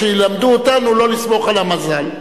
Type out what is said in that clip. שילמדו אותנו לא לסמוך על המזל.